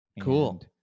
cool